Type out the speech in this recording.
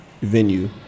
venue